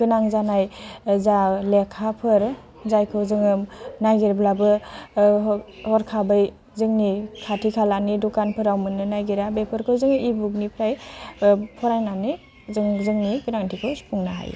गोनां जानाय जा लेखाफोर जायखौ जोङो नागिरब्लाबो हरखाबै जोंनि खाथिखालानि दखानफ्राव मोननो नागिरा बेफोरखौ जोङो इबुकनिफ्राय फरायनानै जों जोंनि गोनांथिखौ सुफुंनो हायो